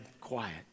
quiet